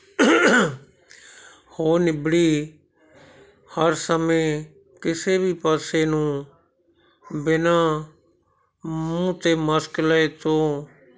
ਹੋ ਨਿਬੜੀ ਹਰ ਸਮੇਂ ਕਿਸੇ ਵੀ ਪਾਸੇ ਨੂੰ ਬਿਨਾਂ ਮੂੰਹ 'ਤੇ ਮਾਸਕ ਲਾਏ ਤੋਂ